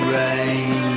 rain